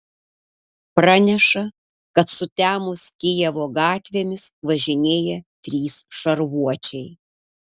praneša kad sutemus kijevo gatvėmis važinėja trys šarvuočiai